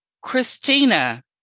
Christina